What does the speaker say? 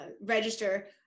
register